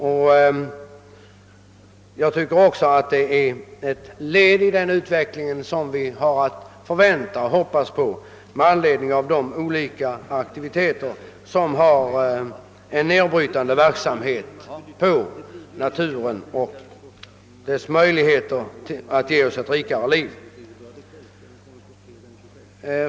Med hänsyn till de olika aktiviteter som har en nedbrytande inverkan på naturen måste vi hoppas på sådana åtgärder som har möjlighet att ge oss ett rikare liv.